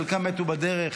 חלקם מתו בדרך,